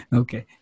okay